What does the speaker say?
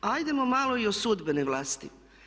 Ajdemo malo i o sudbenoj vlasti.